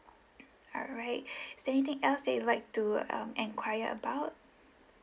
alright is there anything else that you like to um enquire about